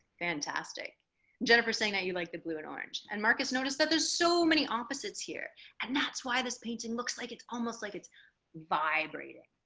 fantastic jennifer saying that you like the blue and orange and marcus notice that there's so many opposites here and that's why this painting looks like it's almost like it's vibrating